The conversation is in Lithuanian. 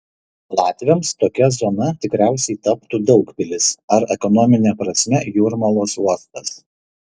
latviams tokia zona tikriausiai taptų daugpilis ar ekonomine prasme jūrmalos uostas